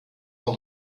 all